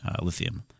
lithium